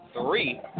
three